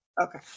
okay